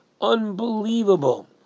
Unbelievable